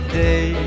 day